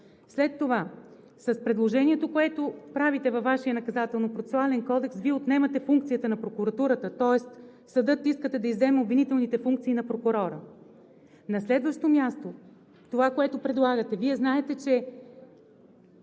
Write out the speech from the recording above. След това, с предложението, което правите във Вашия Наказателно-процесуален кодекс, Вие отнемате функцията на прокуратурата, тоест искате съдът да изземе обвинителните функции на прокурора. На следващо място, това, което предлагате. Вие знаете, че